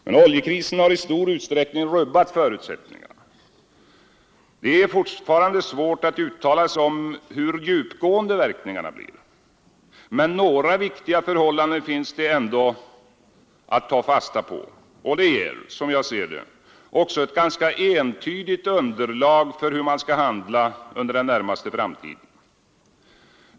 Men oljekrisen har i stor utsträckning rubbat förutsättningarna. Det är fortfarande svårt att uttala sig om hur djupgående verkningarna blir. Men några viktiga förhållanden finns det ändå att ta fasta på. De ger, som jag ser det, också ett ganska entydigt underlag för hur man skall handla under den närmaste framtiden.